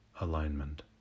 alignment